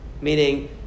Meaning